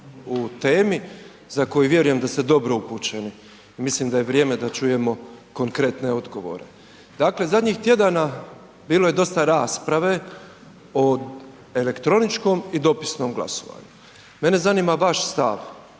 u temi za koju vjerujem da ste dobro upućeni i mislim da je vrijeme da čujemo konkretne odgovore. Dakle, zadnjih tjedana bilo je dosta rasprave o elektroničkom i dopisnom glasovanju. Mene zanima vaš stav